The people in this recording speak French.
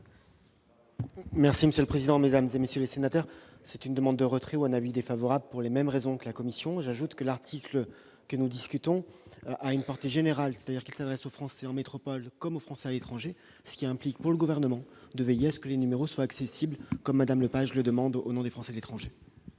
Merci monsieur le président, Mesdames et messieurs les sénateurs, c'est une demande de retrait ou un avis défavorable pour les mêmes raisons que la commission, j'ajoute que l'article que nous discutons, a une portée générale, c'est-à-dire qu'elle s'adresse aux Français, en métropole comme en France à l'étranger, ce qui implique, pour le gouvernement de veiller à ce que les numéros sont accessibles comme Madame Lepage le demande au nom des Français de l'étranger.